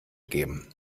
geben